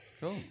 Cool